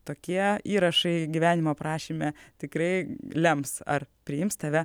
tokie įrašai gyvenimo aprašyme tikrai lems ar priims tave